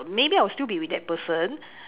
maybe I will still be with that person